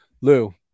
Lou